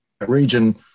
region